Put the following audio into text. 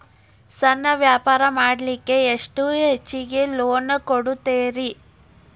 ಸಣ್ಣ ವ್ಯಾಪಾರ ಮಾಡ್ಲಿಕ್ಕೆ ಎಷ್ಟು ಹೆಚ್ಚಿಗಿ ಲೋನ್ ಕೊಡುತ್ತೇರಿ?